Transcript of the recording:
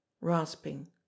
rasping